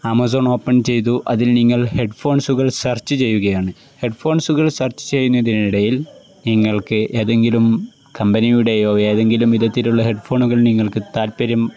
Amazon open ചെയ്തു അതിൽ നിങ്ങൾ ഹെഡ്ഫോൺസുകൾ സെർച്ച് ചെയ്യുകയാണ് ഹെഡ്ഫോൺസുകൾ സെർച്ച് ചെയ്യുന്നതിനനിടയിൽ നിങ്ങൾക്ക് ഏതെങ്കിലും കമ്പനിയുടെയോ ഏതെങ്കിലും വിധത്തിലുള്ള ഹെഡ്ഫോണുകൾ നിങ്ങൾക്ക് താൽപര്യം